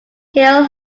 hill